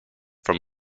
from